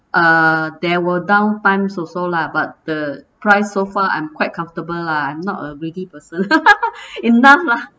uh there were down times also lah but the price so far I'm quite comfortable lah I'm not a greedy person enough lah